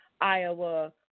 Iowa